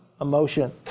emotion